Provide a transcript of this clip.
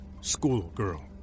schoolgirl